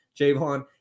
Javon